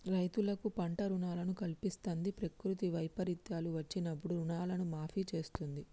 రైతులకు పంట రుణాలను కల్పిస్తంది, ప్రకృతి వైపరీత్యాలు వచ్చినప్పుడు రుణాలను మాఫీ చేస్తుంది